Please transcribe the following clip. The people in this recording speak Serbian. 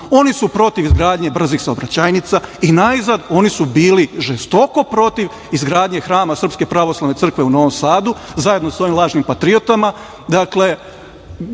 Oni su protiv izgradnje brzih saobraćajnica i najzad oni su bili žestoko protiv izgradnje hrama SPC u Novom Sadu, zajedno sa ovim lažnim patriotama,